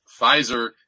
Pfizer